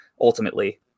ultimately